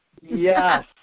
Yes